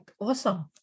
Awesome